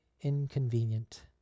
inconvenient